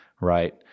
right